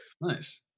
Nice